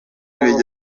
major